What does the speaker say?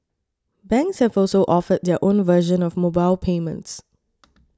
banks have also offered their own version of mobile payments